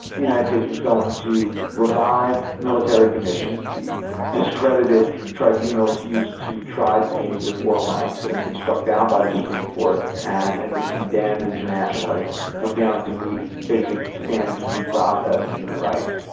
the united states was going to revive military commissions, the discredited tribunals used to try detainees of war crimes that had been struck down by the supreme court and had been condemned internationally for failing to meet basic standards of due process or and human rights.